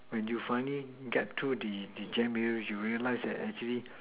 when you finally get to the the jam area you realize that actually